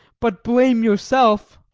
but blame yourself.